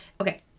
Okay